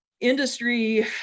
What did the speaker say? industry